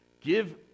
Give